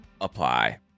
apply